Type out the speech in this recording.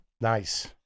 Nice